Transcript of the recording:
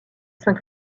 saint